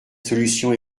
solutions